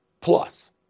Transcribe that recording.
plus